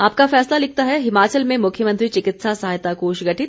आपका फैसला लिखता है हिमाचल में मुख्यमंत्री चिकित्सा सहायता कोष गठित